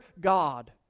God